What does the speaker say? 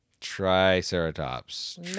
triceratops